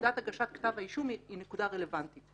שנקודת הגשת כתב האישום היא נקודה רלוונטית,